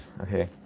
okay